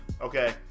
okay